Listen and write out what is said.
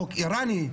חוק איראני,